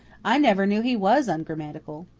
i never knew he was ungrammatical.